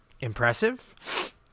impressive